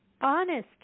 Honest